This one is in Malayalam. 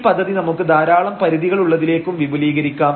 ഈ പദ്ധതി നമുക്ക് ധാരാളം പരിധികളുള്ളതിലേക്കും വിപുലീകരിക്കാം